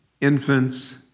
infants